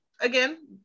again